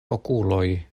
okuloj